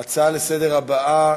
ההצעה לסדר הבאה,